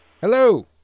Hello